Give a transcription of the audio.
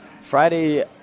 Friday